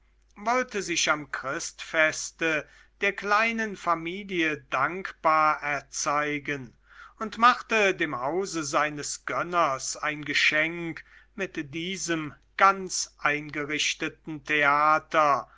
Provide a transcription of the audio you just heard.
wollte sich am christfeste der kleinen familie dankbar erzeigen und machte dem hause seines gönners ein geschenk mit diesem ganz eingerichteten theater